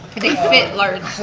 they fit large,